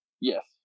Yes